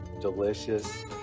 delicious